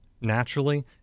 naturally